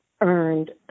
earned